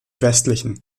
westlichen